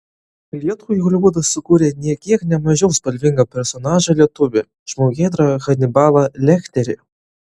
lietuvai holivudas sukūrė nė kiek ne mažiau spalvingą personažą lietuvį žmogėdrą hanibalą lekterį